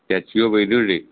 statue of unity